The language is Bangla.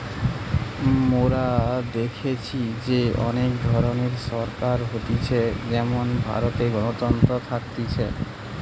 মোরা দেখেছি যে অনেক ধরণের সরকার হতিছে যেমন ভারতে গণতন্ত্র থাকতিছে